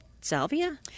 Salvia